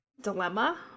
dilemma